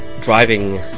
driving